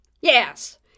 Yes